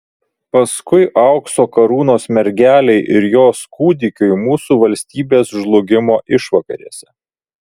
paskui aukso karūnos mergelei ir jos kūdikiui mūsų valstybės žlugimo išvakarėse